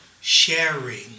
sharing